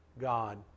God